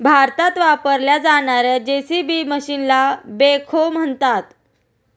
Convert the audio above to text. भारतात वापरल्या जाणार्या जे.सी.बी मशीनला बेखो म्हणतात